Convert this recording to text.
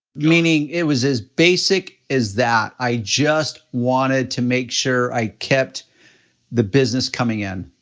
meaning, it was as basic as that. i just wanted to make sure i kept the business coming in.